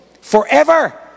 Forever